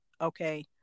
okay